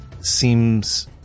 seems